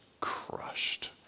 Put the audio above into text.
crushed